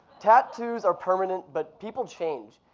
tattoos are permanent, but people change.